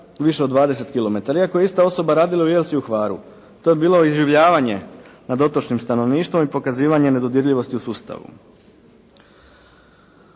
više od 20 kilometara iako je ista osoba radila u Jelsi i u Hvaru. To je bilo iživljavanje nad otočnim stanovništvom i pokazivanje nedodirljivosti u sustavu.